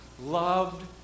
loved